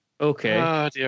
Okay